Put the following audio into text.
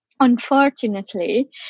Unfortunately